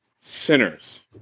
sinners